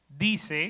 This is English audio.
dice